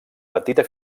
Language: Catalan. petita